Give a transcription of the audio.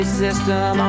system